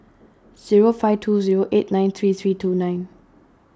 zero five two zero eight nine three three two nine